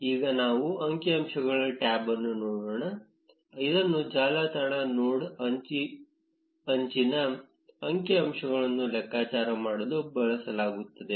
ಈಗ ನಾವು ಅಂಕಿಅಂಶಗಳ ಟ್ಯಾಬ್ ಅನ್ನು ನೋಡೋಣ ಇದನ್ನು ಜಾಲತಾಣ ನೋಡ್ ಅಂಚಿನ ಅಂಕಿಅಂಶಗಳನ್ನು ಲೆಕ್ಕಾಚಾರ ಮಾಡಲು ಬಳಸಲಾಗುತ್ತದೆ